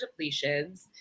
depletions